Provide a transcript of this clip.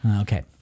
Okay